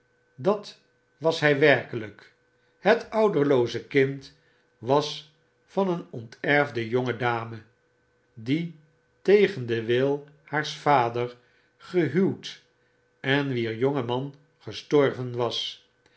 dat was hij werkelijk het ouderlooze kind was van een onterfde jonge dame die tegen den wil haars vaders gehuwd en wier jonge man gestorven was